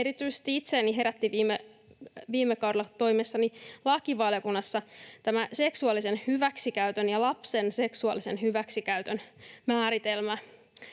erityisesti itseäni herätti viime kaudella toimiessani lakivaliokunnassa tämä seksuaalisen hyväksikäytön ja lapsen seksuaalisen hyväksikäytön määritelmä.